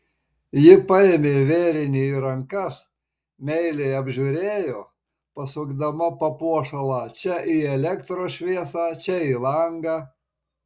ji paėmė vėrinį į rankas meiliai apžiūrėjo pasukdama papuošalą čia į elektros šviesą čia į langą